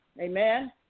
Amen